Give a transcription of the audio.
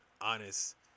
honest